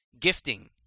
gifting